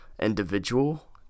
individual